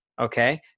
Okay